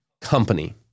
company